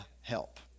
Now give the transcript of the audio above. help